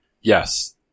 Yes